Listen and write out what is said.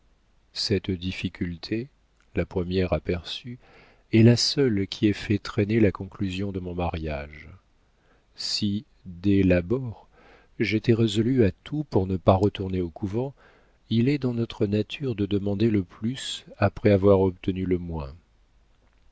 cette difficulté la première aperçue est la seule qui ait fait traîner la conclusion de mon mariage si dès l'abord j'étais résolue à tout pour ne pas retourner au couvent il est dans notre nature de demander le plus après avoir obtenu le moins